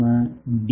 માં ડી